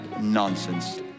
nonsense